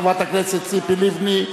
חברת הכנסת ציפי לבני,